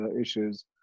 issues